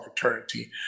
fraternity